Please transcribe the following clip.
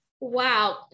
Wow